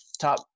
top